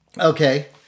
Okay